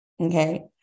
okay